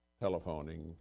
telephoning